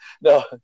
no